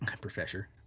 professor